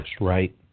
right